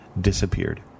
disappeared